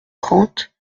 trente